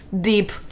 deep